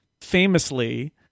famously